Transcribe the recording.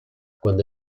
cuando